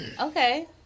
Okay